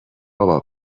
بابا